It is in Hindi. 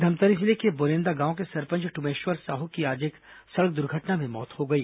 धमतरी जिले के बोरेन्दा गांव के सरपंच टुमेश्वर साहू की आज एक सड़क दुर्घटना में मौत हो गई